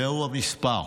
זהו המספר.